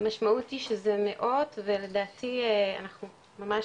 משמעות היא שזה מאות ולדעתי אנחנו ממש